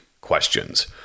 questions